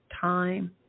Time